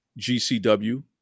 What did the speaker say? GCW